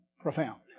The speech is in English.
Profound